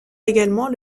également